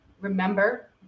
remember